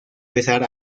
besar